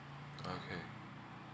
okay